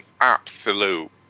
absolute